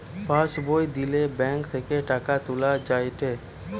pass বই দিলে bank থেকে টাকা তুলা যায়েটে